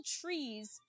trees